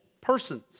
persons